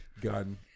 gun